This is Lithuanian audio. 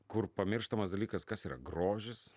kur pamirštamas dalykas kas yra grožis